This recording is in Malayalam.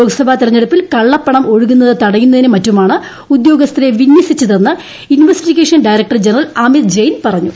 ലോക്സഭാ തെരഞ്ഞെടുപ്പിൽ കള്ളപ്പണം ഒഴുകുന്നത് തടയുന്നതിനും മറ്റുമാണ് ഉദ്യോഗസ്ഥരെ വിന്യസിച്ചതെന്ന് investigation director general Amit Jain പറഞ്ഞു